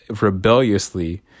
rebelliously